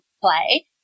play